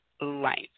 life